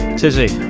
tizzy